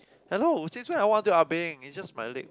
hello since when I want do ah beng it's just my leg